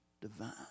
divine